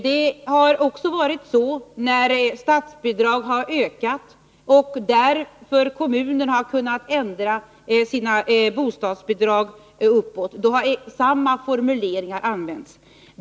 Det har varit på detta sätt också när statsbidragen ökat och kommunerna därför kunnat höja bostadsbidragen — då har samma formuleringar använts.